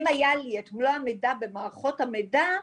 אם היה לי את מלוא המידע במערכות המידע,